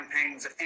campaigns